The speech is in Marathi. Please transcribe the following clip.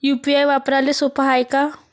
यू.पी.आय वापराले सोप हाय का?